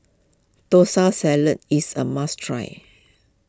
Salad is a must try